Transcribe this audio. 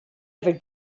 ever